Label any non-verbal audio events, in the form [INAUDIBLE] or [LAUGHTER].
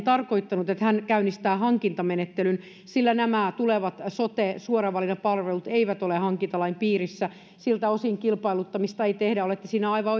[UNINTELLIGIBLE] tarkoittanut että hän käynnistää hankintamenettelyn sillä nämä tulevat soten suoran valinnan palvelut eivät ole hankintalain piirissä siltä osin kilpailuttamista ei tehdä olette siinä aivan [UNINTELLIGIBLE]